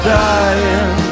dying